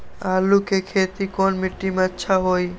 आलु के खेती कौन मिट्टी में अच्छा होइ?